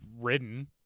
ridden